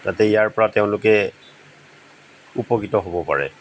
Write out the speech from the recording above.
যাতে ইয়াৰ পা তেওঁলোকে উপকৃত হ'ব পাৰে